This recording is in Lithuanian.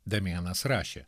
damianas rašė